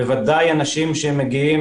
בוודאי מצד אנשים שמגיעים